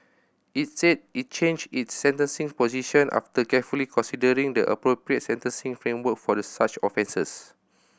it said it changed its sentencing position after carefully considering the appropriate sentencing framework for such offences